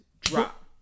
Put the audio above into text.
drop